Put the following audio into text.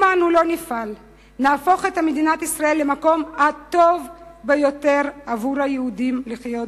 אם לא נפעל ונהפוך את מדינת ישראל למקום הטוב ביותר ליהודים לחיות בו,